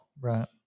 Right